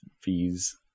fees